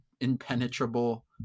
impenetrable